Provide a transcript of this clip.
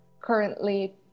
currently